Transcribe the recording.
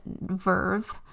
verve